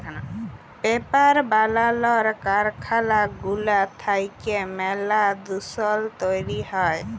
paper বালালর কারখালা গুলা থ্যাইকে ম্যালা দুষল তৈরি হ্যয়